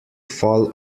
fall